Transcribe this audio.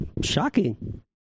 shocking